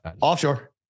Offshore